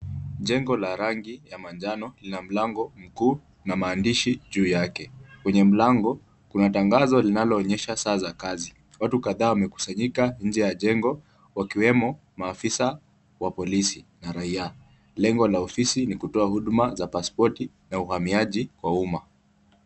Jengo la rangi ya manjano na mlango mkuu na maandishi juu yake ,kwenye mlango kuna tangazo linaonyesha saa za kazi watu kadhaa wamekusanyika nje ya jengo wakiwemo maafisa wa polisi na raia, lengo la ofisi ni kutoa pasipoti na uhamiaji wa umma.